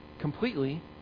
completely